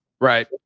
Right